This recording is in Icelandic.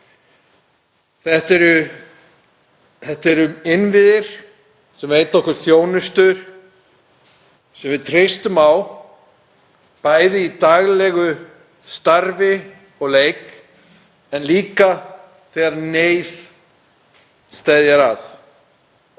er að ræða innviði sem veita okkur þjónustu sem við treystum á í daglegu starfi og leik, en líka þegar neyð steðjar að.